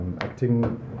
acting